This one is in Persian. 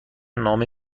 نامه